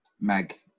Meg